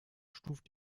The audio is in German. stuft